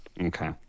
Okay